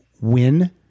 win